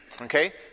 Okay